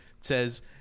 says